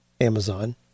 Amazon